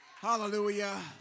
Hallelujah